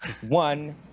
One